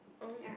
oh